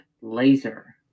laser